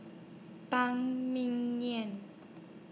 Phan Ming Yen